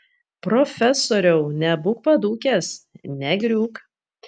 profesoriau nebūk padūkęs negriūk